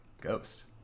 Ghost